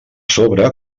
sobre